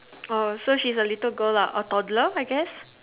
oh so she's a little girl lah a toddler I guess